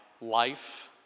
life